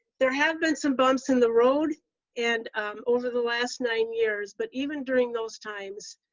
there have been some bumps in the road and over the last nine years, but even during those times,